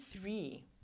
three